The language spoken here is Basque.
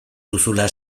duzula